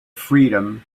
freedom